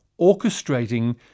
orchestrating